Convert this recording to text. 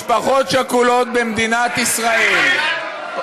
משפחות שכולות במדינת ישראל,